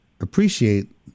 appreciate